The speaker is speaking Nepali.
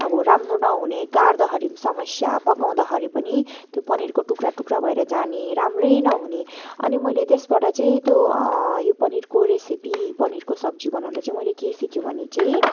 अब राम्रो नहुने काट्दाखेरि पनि समस्या पकाउँदाखेरि पनि त्यो पनिरको टुक्रा टुक्रा भएर जाने राम्रै नहुने अनि मैले त्यसबाट चाहिँ त्यो यो पनिरको रेसिपी पनिरको सब्जी बनाउँदा चाहिँ के सिक्यो भने चाहिँ